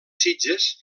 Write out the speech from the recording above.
sitges